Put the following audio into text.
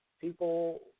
people